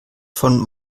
von